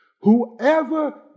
Whoever